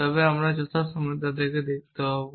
তবে আমরা যথাসময়ে তাদের দেখতে পাব